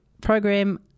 program